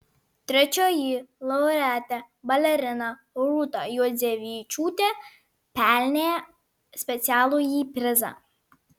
trečioji laureatė balerina rūta juodzevičiūtė pelnė specialųjį prizą